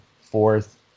fourth